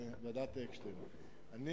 איתן, הכנסת פה טיל, גם התשובה היתה מוזמנת.